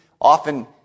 often